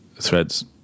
threads